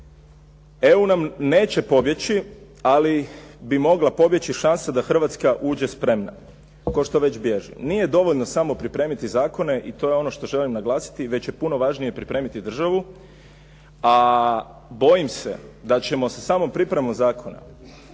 EU nam neće pobjeći, ali bi mogla pobjeći šansa da Hrvatska uđe spremna, kao što već bježi. Nije dovoljno samo pripremiti zakone i to je ono što želim naglasiti, već je puno važnije pripremiti državu, a bojim se da ćemo sa samo pripremom zakona